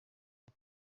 old